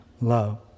love